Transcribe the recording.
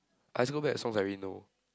I also go back to songs I already know